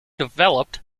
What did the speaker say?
developed